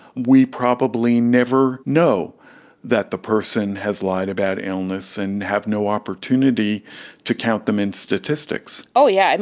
we probably never know that the person has lied about illness and have no opportunity to count them in statistics. oh yeah and